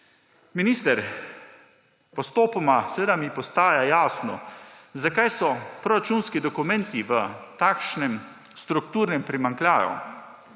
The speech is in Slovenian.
Minister, postopoma mi postaja jasno, zakaj so proračunski dokumenti v takšnem strukturnem primanjkljaju.